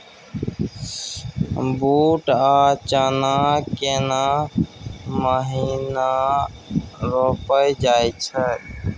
बूट आ चना केना महिना रोपल जाय छै?